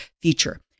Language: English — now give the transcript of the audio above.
feature